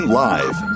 live